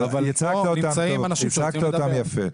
ייצגת אותם יפה.